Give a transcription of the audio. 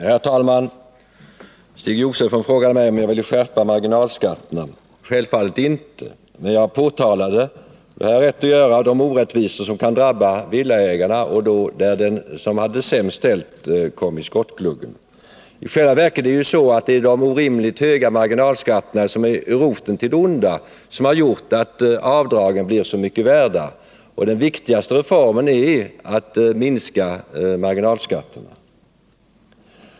Herr talman! Stig Josefson frågar mig om jag vill skärpa marginalskatterna. Självfallet inte, men jag påtalade — och det har jag rätt att göra — de orättvisor som kan drabba villaägarna, där den som har det sämst ställt kommer i skottgluggen. I själva verket är det de orimligt höga marginalskatterna som är roten till det onda, som har gjort att avdragen blir så mycket värda. Den viktigaste reformen är att minska marginalskatterna.